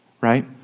right